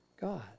God